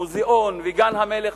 המוזיאון וגן-המלך,